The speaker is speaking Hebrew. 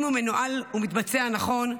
אם הוא מנוהל ומתבצע נכון,